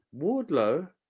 Wardlow